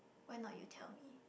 why not you tell me